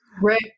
right